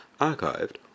archived